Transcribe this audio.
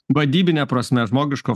vadybine prasme žmogiško